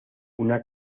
una